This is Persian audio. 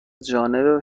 جانب